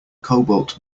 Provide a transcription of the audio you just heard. cobalt